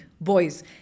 boys